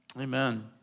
Amen